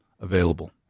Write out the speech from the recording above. available